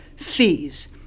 Fees